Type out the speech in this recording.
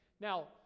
now